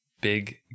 big